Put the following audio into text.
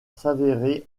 s’avérer